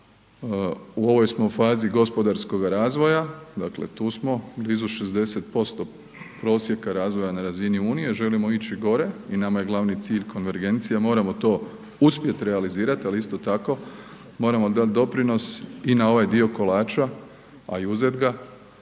u ovoj smo fazi gospodarskog razvoja, dakle tu smo blizu 60% prosjeka razvoja na razini Unije. Želimo ići gore i nama je glavni cilj konvergencija, moramo to uspjet realizirati, ali isto tako moramo dati doprinos i na ovaj dio kolača, a i uzet ga